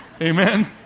Amen